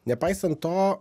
nepaisant to